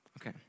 Okay